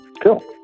Cool